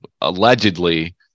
allegedly